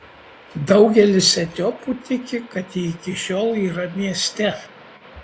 daugelis etiopų tiki kad ji iki šiol yra mieste